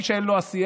מי שאין לו עשייה,